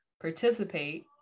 participate